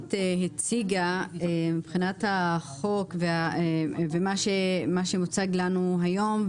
שהמנכ"לית הציגה מבחינת החוק ומה שמוצג לנו היום,